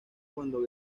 cuando